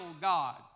god